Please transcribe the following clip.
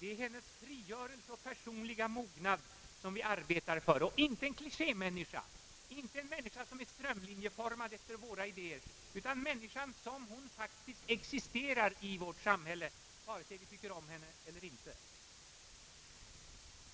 det är hennes frigörelse och personliga mognad som vi arbetar för. Vårt mål är inte en klichémänniska, inte en människa som är strömlinjeformad efter våra idéer. Vårt mål är en självständig, i positiv mening frigjord människa. Och vi har att möta människan som hon faktiskt existerar i vårt samhälle, vare sig vi tycker om henne eller inte.